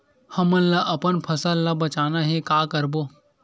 हमन ला अपन फसल ला बचाना हे का करबो?